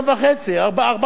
אל תוריד להם חצי מיליון.